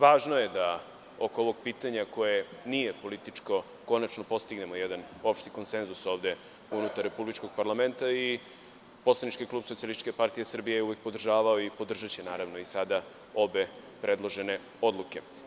Važno je da oko ovog pitanja koje nije političko konačno postignemo jedan opšti konsenzus ovde, unutar republičkog parlamenta i poslanički klub SPS je uvek podržavao i podržaće i sada obe predložene odluke.